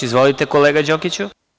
Izvolite, kolega Đokiću.